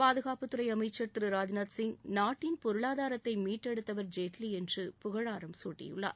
பாதுகாப்புத் துறை அமைச்சர் திரு ராஜ்நாத் சிங் நாட்டின் பொருளாதாரத்தை மீட்டெடுத்தவர் ஜேட்லி என்று புகழாரம் சூட்டியுள்ளார்